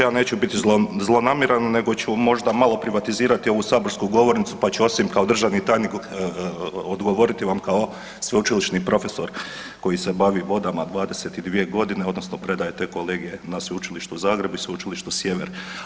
Ja neću biti zlonamjeran nego ću možda malo privatizirati ovu saborsku govornicu pa ću osim kao državnik odgovoriti vam kao sveučilišni profesor koji se bavi vodama 22 g. odnosno predajete te kolegije na Sveučilištu u Zagrebu i Sveučilištu Sjever.